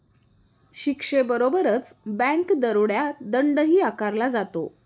शिक्षेबरोबरच बँक दरोड्यात दंडही आकारला जातो